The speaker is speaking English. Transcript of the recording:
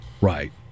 Right